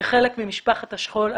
כחלק ממשפחת השכול.